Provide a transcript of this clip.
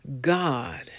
God